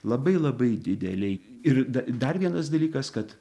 labai labai didelė ir da dar vienas dalykas kad